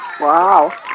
Wow